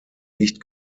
nicht